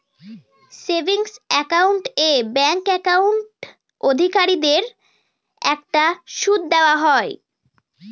savings account এ bank account অধিকারীদের একটা সুদ দেওয়া হয়